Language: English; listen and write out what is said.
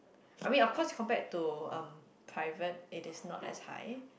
I mean of course compared to um private it is not that high